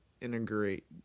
integrate